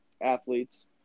athletes